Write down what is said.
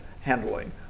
handling